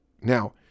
now